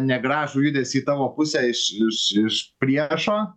negražų judesį į tavo pusę iš iš iš priešo